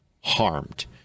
harmed